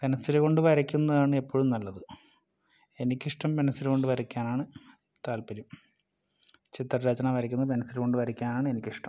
പെനിസില് കൊണ്ട് വരയ്ക്കുന്നതാണ് എപ്പോഴും നല്ലത് എനിക്കിഷ്ടം പെനിസില് കൊണ്ട് വരയ്ക്കാനാണ് താല്പര്യം ചിത്രരചന വരയ്ക്കുന്ന പെൻസില് കൊണ്ട് വരയ്ക്കാനാണ് എനിക്കിഷ്ടം